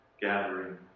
gathering